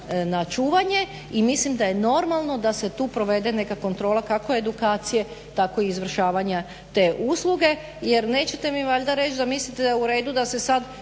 na čuvanja i mislim da je normalno da se tu provede neka kontrola kako edukacije, tako i izvršavanja te usluge. Jer nećete mi valjda reć da mislite da je u redu da se sad